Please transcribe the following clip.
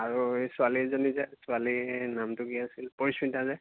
আৰু এই ছোৱালী এজনী যে ছোৱালীৰ নামটো কি আছিল পৰিস্মিতা যে